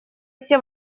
все